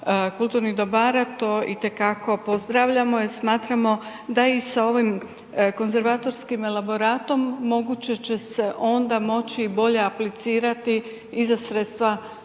kulturnih dobara to itekako pozdravljamo jer smatramo da i sa ovim konzervatorskim elaboratom moguće će se onda moći bolje aplicirati i za sredstva EU.